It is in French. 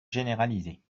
généraliser